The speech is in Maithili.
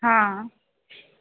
हॅं